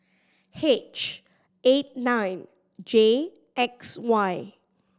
H eight nine J X Y